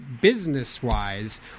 business-wise